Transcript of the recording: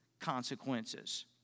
consequences